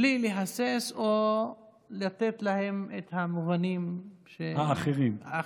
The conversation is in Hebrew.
בלי להסס או לתת להם את המובנים האחרים.